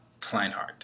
Kleinhardt